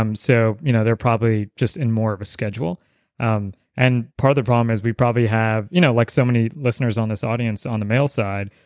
um so you know they're probably just in more of a schedule um and part of the problem is, we probably have, you know like so many listeners on this audience on the male side,